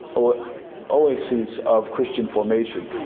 oasis of christian formation.